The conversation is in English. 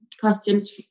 costumes